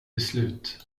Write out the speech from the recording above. beslut